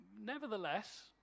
Nevertheless